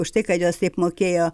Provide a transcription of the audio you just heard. už tai kad jos taip mokėjo